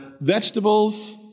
vegetables